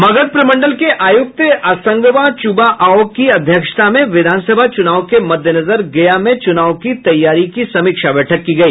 मगध प्रमंडल के आयुक्त असंगबा चुबा आओ की अध्यक्षता में विधान सभा चुनाव के मद्देनजर गया में चुनाव की तैयारी की समीक्षा बैठक की गई